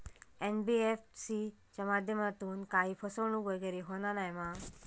NBFC च्या माध्यमातून काही फसवणूक वगैरे होना नाय मा?